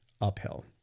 uphill